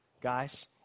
Guys